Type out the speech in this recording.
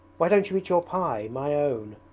why don't you eat your pie, my own?